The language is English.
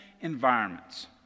environments